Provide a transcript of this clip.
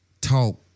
talk